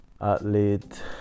athlete